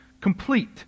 complete